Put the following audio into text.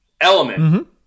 element